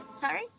Sorry